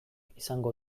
izango